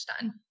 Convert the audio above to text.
done